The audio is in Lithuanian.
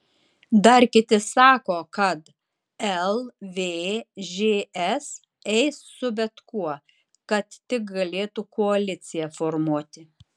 dar kiti sako kad lvžs eis su bet kuo kad tik galėtų koaliciją formuoti